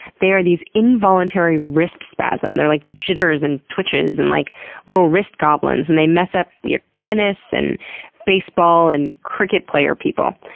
they are these involuntary wrist spasms. they're like jitters and twitches and like little wrist goblins, and they mess up your tennis and baseball and cricket player people.